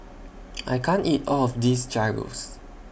I can't eat All of This Gyros